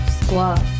Squad